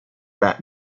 that